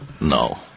No